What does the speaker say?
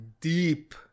deep